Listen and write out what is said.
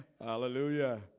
hallelujah